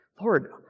Lord